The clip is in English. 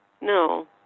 No